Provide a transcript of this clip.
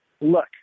look